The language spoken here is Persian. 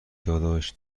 داداش